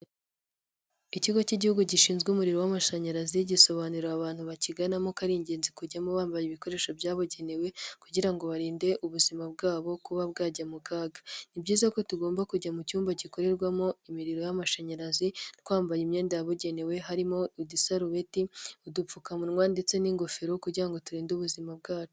Ikigo cy'Igihugu gishinzwe umuriro w'amashanyarazi gisobanurira abantu bakiganamo ko ari ingenzi kujyamo bambaye ibikoresho byabugenewe kugira ngo barinde ubuzima bwabo kuba bwajya mu kaga, ni byiza ko tugomba kujya mu cyumba gikorerwamo imiriro y'amashanyarazi twambaye imyenda yabugenewe harimo: udusarubeti, udupfukamunwa ndetse n'ingofero kugira ngo turinde ubuzima bwacu.